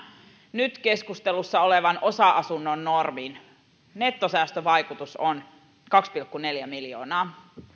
nyt keskustelussa olevan osa asunnon normin nettosäästövaikutus on kaksi pilkku neljä miljoonaa